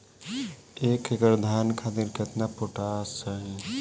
एक एकड़ धान खातिर केतना पोटाश चाही?